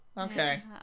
okay